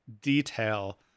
detail